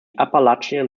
appalachian